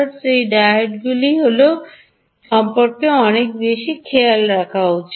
এই ডায়োডগুলি এই ডায়োডগুলি হল এই ডায়োডগুলি সম্পর্কে আপনাকে বেশ কয়েকটি বিষয় খেয়াল করতে হয়েছিল